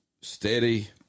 steady